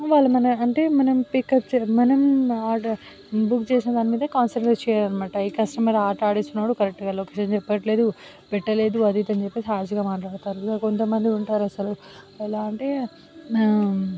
వాళ్ళు మన అంటే మనం పికప్ చేయ మనం ఆర్డర్ బుక్ చేసిన దాని మీదే కాన్సన్ట్రేట్ చేయరు అన్నమాట ఈ కస్టమర్ ఆట ఆడిస్తున్నాడు కరెక్ట్గా లొకేషన్ చెప్పట్లేదు పెట్టలేదు అది ఇది అని చెప్పేసి హార్ష్గా మాట్లాడతారు ఇక కొంత మంది ఉంటారు అసలు ఎలా అంటే